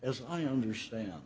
as i understand